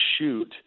shoot